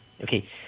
Okay